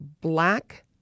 black